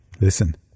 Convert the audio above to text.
Listen